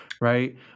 right